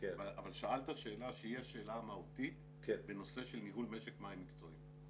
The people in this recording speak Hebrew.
אבל שאלת שאלה שהיא השאלה המהותית בנושא ניהול משק מים מקצועי.